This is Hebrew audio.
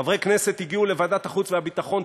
חברי כנסת הגיעו לוועדת החוץ והביטחון,